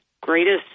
greatest